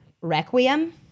Requiem